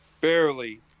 Barely